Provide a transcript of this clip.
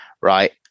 Right